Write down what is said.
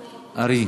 ארי,